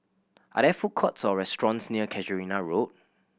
are there food courts or restaurants near Casuarina Road